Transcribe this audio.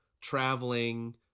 traveling